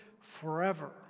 forever